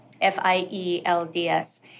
F-I-E-L-D-S